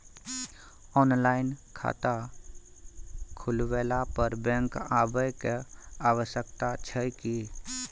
Online खाता खुलवैला पर बैंक आबै के आवश्यकता छै की?